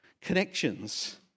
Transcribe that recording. connections